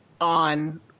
on